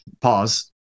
pause